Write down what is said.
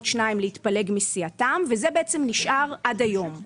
שניים - להתפלג מסיעתם וזה בעצם נשאר עד היום.